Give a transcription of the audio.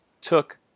took